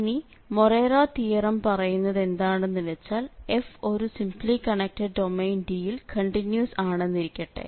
ഇനി Morera theorem പറയുന്നത് എന്താണന്നു വച്ചാൽ f ഒരു സിംപ്ലി കണക്ടഡ് ഡൊമെയ്ൻ D യിൽ കണ്ടിന്യൂസ് ആണെന്നിരിക്കട്ടെ